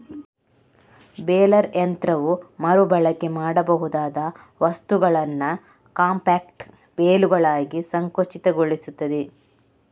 baler ಯಂತ್ರವು ಮರು ಬಳಕೆ ಮಾಡಬಹುದಾದ ವಸ್ತುಗಳನ್ನ ಕಾಂಪ್ಯಾಕ್ಟ್ ಬೇಲುಗಳಾಗಿ ಸಂಕುಚಿತಗೊಳಿಸ್ತದೆ